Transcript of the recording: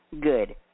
good